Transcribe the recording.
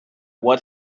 what